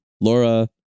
Laura